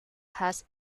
has